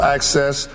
Access